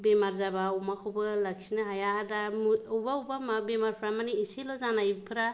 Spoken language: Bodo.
बेमार जाब्ला अमाखौबो लाखिनो हाया दा बबेबा बबेबा बेमारफोरा माने इसेल' जानायफोरा